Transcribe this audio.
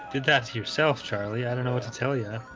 did that's yourself charlie? i don't know what to tell you